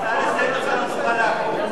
להצעה לסדר-היום ואז תוכל לעקוב.